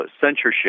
censorship